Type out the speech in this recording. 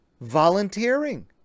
volunteering